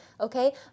okay